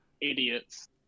idiots